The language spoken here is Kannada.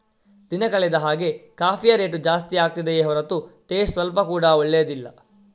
ದಿನ ಕಳೆದ ಹಾಗೇ ಕಾಫಿಯ ರೇಟು ಜಾಸ್ತಿ ಆಗ್ತಿದೆಯೇ ಹೊರತು ಟೇಸ್ಟ್ ಸ್ವಲ್ಪ ಕೂಡಾ ಒಳ್ಳೇದಿಲ್ಲ